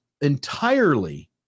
entirely